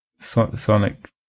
sonic